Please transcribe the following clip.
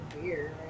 beer